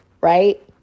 right